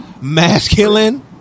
masculine